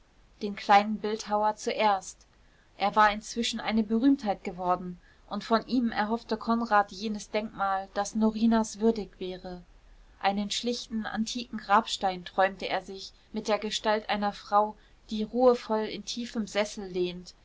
den kleinen bildhauer zuerst er war inzwischen eine berühmtheit geworden und von ihm erhoffte konrad jenes denkmal das norinas würdig wäre einen schlichten antiken grabstein träumte er sich mit der gestalt einer frau die ruhevoll in tiefem sessel lehnt